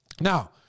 now